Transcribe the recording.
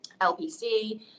LPC